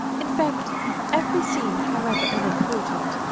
in fact every scene, however unimportant,